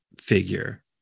figure